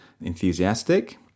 enthusiastic